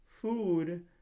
food